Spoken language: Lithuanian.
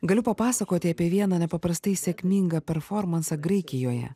galiu papasakoti apie vieną nepaprastai sėkmingą performansą graikijoje